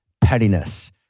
pettiness